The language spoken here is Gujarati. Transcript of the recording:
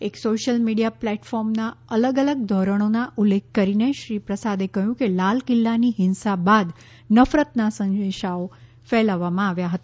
એક સોશ્યલ મીડિયા પ્લેટફોર્મનાં અલગ અલગ ધોરણોનો ઉલ્લેખ કરીને શ્રી પ્રસાદે કહ્યું કે લાલ કિલ્લાની હિંસા બાદ નફરતના સંદેશાઓ ફેલાવવામાં આવ્યા હતા